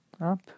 Up